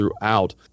throughout